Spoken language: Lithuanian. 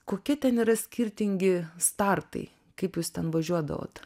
kokie ten yra skirtingi startai kaip jūs ten važiuodavot